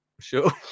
sure